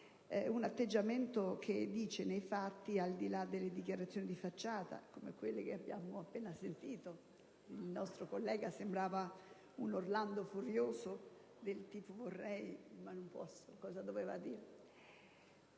un atteggiamento che parla nei fatti, al di là delle dichiarazioni di facciata - come quelle che abbiamo appena sentito (il nostro collega sembrava un Orlando furioso del tipo «vorrei ma non posso», ma cosa doveva dire?)